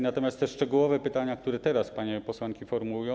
Natomiast te szczegółowe pytania, które teraz panie posłanki formułują.